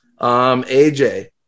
AJ